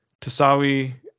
Tasawi